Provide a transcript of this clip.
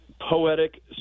poetic